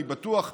אני בטוח,